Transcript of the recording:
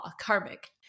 Karmic